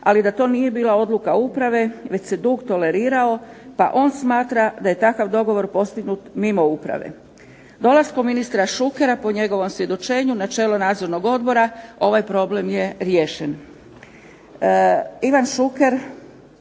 ali da to nije bila odluka uprave već se dug tolerirao pa on smatra da je takav dogovor postignut mimo uprave. Dolaskom ministra Šukera, po njegovom svjedočenju, na čelo Nadzornog odbora ovaj problem je riješen.